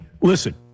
Listen